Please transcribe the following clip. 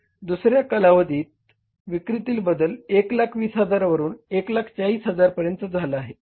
दुसऱ्या कालावधीत विक्रीतील बदल 120000 वरून 140000 पर्यंत झाला आहे